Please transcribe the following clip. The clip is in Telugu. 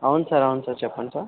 అవును సార్ అవును సార్ చెప్పండి సార్